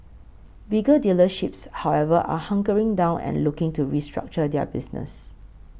bigger dealerships however are hunkering down and looking to restructure their business